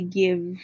give